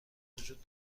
وجود